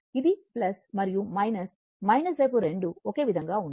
ఇది మరియు మైనస్ వైపు రెండూ ఒకే విధంగా ఉంటాయి